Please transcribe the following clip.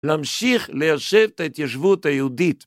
להמשיך ליישב את ההתיישבות היהודית.